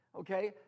Okay